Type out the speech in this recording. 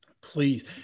please